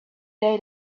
day